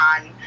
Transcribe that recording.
on